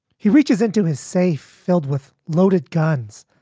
he reaches into his safe, filled with loaded guns,